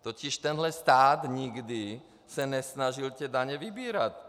Totiž tenhle stát se nikdy nesnažil ty daně vybírat.